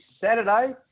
saturday